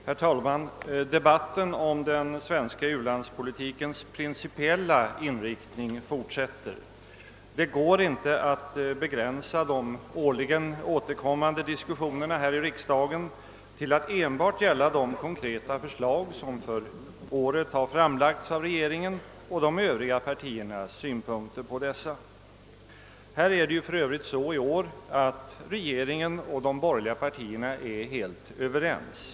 Herr talman! Debatten om den svenska u-landspolitikens principiella inriktning fortsätter. Det går inte att begrän sa de årligen återkommande diskussionerna här i riksdagen till att enbart gälla de konkreta förslag som för året har framlagts av regeringen och de Övriga partiernas synpunkter på dessa förslag. I år är det för övrigt så, att regeringen och de borgerliga partierna är helt överens.